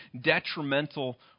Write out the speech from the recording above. detrimental